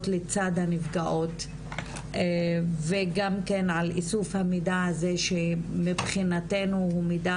לצד הנפגעות וגם כן על איסוף המידע הזה שמבחינתנו הוא מידע